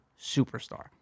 superstar